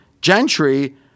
Gentry